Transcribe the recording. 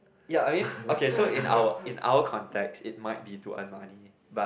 ya i mean okay so in our in our context it might be to a money but